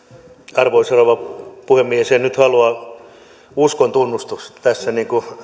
arvoisa rouva puhemies en nyt halua uskontunnustusta tässä